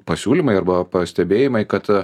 pasiūlymai arba pastebėjimai kad